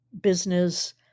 business